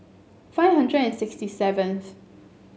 five hundred and sixty seventh